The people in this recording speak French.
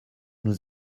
nous